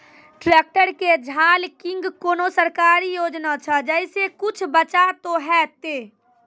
Tractor के झाल किंग कोनो सरकारी योजना छ जैसा कुछ बचा तो है ते?